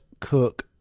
cook